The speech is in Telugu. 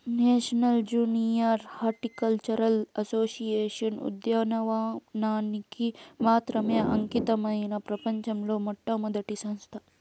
నేషనల్ జూనియర్ హార్టికల్చరల్ అసోసియేషన్ ఉద్యానవనానికి మాత్రమే అంకితమైన ప్రపంచంలో మొట్టమొదటి సంస్థ